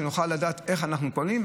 שנוכל לדעת איך אנחנו פונים.